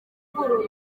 ivugururwa